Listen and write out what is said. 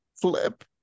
flip